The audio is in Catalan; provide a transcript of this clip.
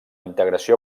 integració